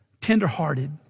tenderhearted